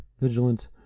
vigilant